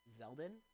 Zeldin